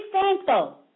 thankful